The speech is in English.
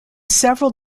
several